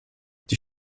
die